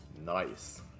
nice